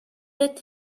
let